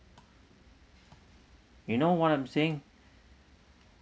you know what I'm saying